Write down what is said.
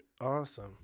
awesome